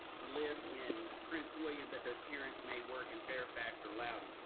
live in prince william, but their parents may work in fairfax or loudoun.